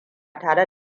tare